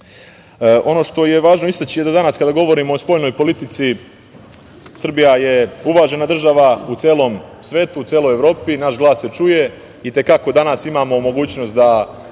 što je važno istaći je da danas kada govorimo o spoljnoj politici Srbija je uvažena država u celom svetu, u celoj Evropi. Naš glas se čuje. O te kako danas imamo mogućnost da